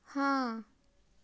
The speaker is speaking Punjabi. ਹਾਂ